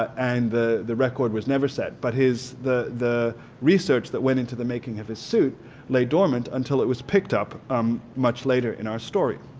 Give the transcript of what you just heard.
and the the record was never set. but the the research that went into the making of his suit lay dormant until it was picked up um much later in our story.